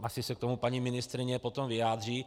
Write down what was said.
Asi se k tomu paní ministryně potom vyjádří.